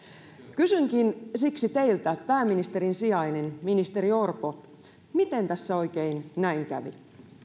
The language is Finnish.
kysynkin siksi teiltä pääministerin sijainen ministeri orpo miten tässä oikein näin kävi